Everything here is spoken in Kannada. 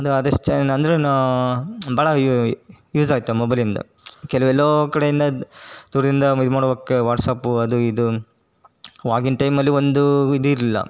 ಅಂದ್ರೆ ಅದು ಅಂದ್ರು ಭಾಳ ಯೂಸ್ ಆಯಿತು ಮೊಬೈಲಿಂದ ಕೆಲವು ಎಲ್ಲೋ ಕಡೆಯಿಂದ ದ್ ದೂರದಿಂದ ಇದು ಮಾಡ್ಬೇಕ್ ವಾಟ್ಸಪ್ಪು ಅದೂ ಇದೂ ಅವಾಗಿನ ಟೈಮಲ್ಲಿ ಒಂದೂ ಇದು ಇರಲಿಲ್ಲ